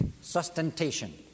sustentation